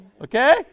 okay